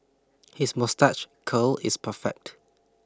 his moustache curl is perfect